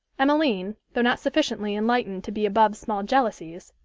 emmeline, though not sufficiently enlightened to be above small jealousies,